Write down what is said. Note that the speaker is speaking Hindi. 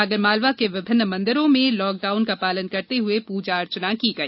आगरमालवा के विभिन्न मंदिरों में लॉकडाउन का पालन करते हुए पुजा अर्चना की गई